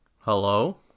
Hello